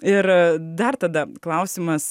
ir dar tada klausimas